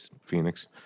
Phoenix